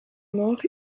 mort